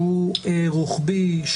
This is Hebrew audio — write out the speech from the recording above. שהוא רוחבי,